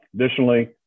Additionally